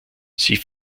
sie